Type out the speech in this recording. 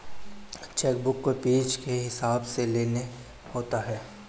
check book को page के हिसाब से लेना होता है